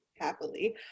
happily